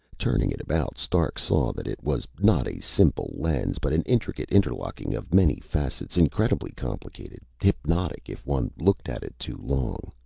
turning it about, stark saw that it was not a simple lens, but an intricate interlocking of many facets. incredibly complicated, hypnotic if one looked at it too long.